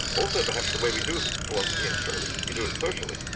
also perhaps the way we do philosophy in australia, we do it socially,